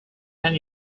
ten